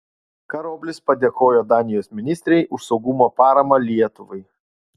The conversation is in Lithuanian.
karoblis padėkojo danijos ministrei už saugumo paramą lietuvai